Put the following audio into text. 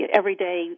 everyday